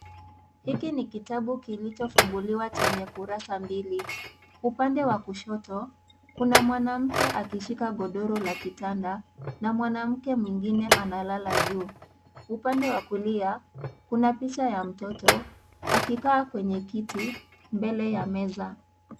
Hiki ni kitabu kilichofunguliwa chenye kurasa mbili, Upande wa kushoto, kuna mwanamke akishika godoro la kitanda na mwanamke mwingine analala juu. Upande wa kulia kuna picha ya mtoto akikaa kwenye kiti mbele ya meza.